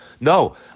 no